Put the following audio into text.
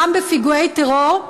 גם בפיגועי טרור,